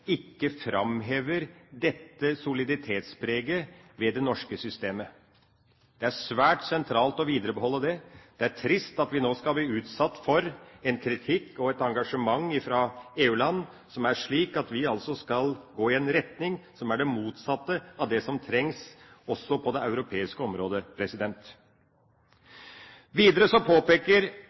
ikke framhever dette soliditetspreget ved det norske systemet. Det er svært sentralt å opprettholde det. Det er trist at vi nå skal bli utsatt for en kritikk og et engasjement fra EU-land som legger opp til at vi skal gå i en retning som er det motsatte av hva som trengs, også i det europeiske området. Videre påpeker